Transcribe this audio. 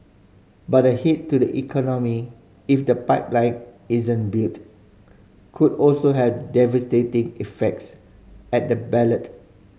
but the hit to the economy if the pipeline isn't built could also have devastating effects at the ballot